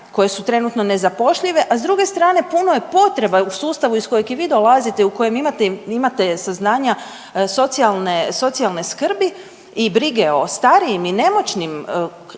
koje su trenutno nezapošljive, a s druge strane puno je potreba u sustavu iz kojeg i vi dolazite i u kojem imate, imate saznanja socijalne, socijalne skrbi i brige o starijim i nemoćnim,